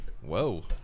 Whoa